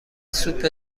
سوپ